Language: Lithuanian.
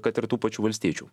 kad ir tų pačių valstiečių